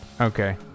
Okay